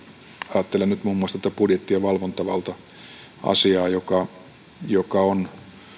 ajattelen nyt muun muassa tätä budjetti ja valvontavalta asiaa joka joka on